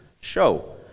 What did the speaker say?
show